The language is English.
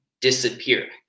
disappear